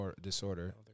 Disorder